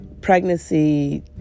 pregnancy